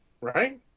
Right